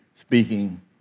speaking